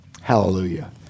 Hallelujah